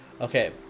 okay